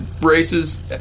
Races